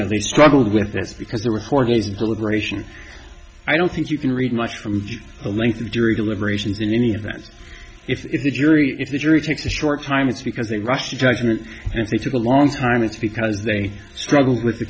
know they struggled with this because there were four days in deliberation i don't think you can read much from a lengthy jury deliberations in any of them if the jury if the jury takes a short time it's because they rush to judgment and if they took a long time it's because they struggled with the